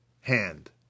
hand